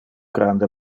grande